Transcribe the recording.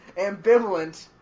ambivalent